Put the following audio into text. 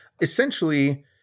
Essentially